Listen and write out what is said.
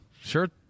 sure